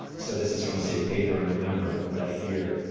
so this is from the city paper in november of that year.